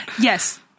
Yes